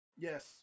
Yes